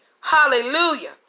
Hallelujah